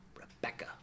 Rebecca